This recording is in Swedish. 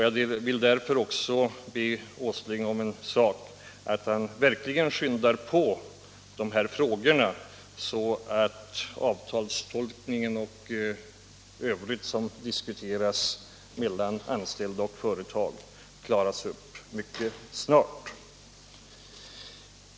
Jag vill därför också be herr Åsling att verkligen skynda på behandlingen av de här frågorna, så att avtalstolkningen och övriga saker som diskuteras mellan anställda och företag kan klaras upp mycket snart.